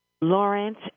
Lawrence